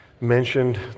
mentioned